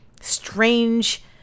strange